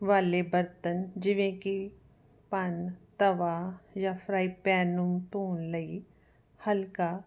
ਵਾਲੇ ਬਰਤਨ ਜਿਵੇਂ ਕਿ ਭੰਨ ਤਵਾ ਜਾਂ ਫਰਾਈ ਪੈਨ ਨੂੰ ਧੋਣ ਲਈ ਹਲਕਾ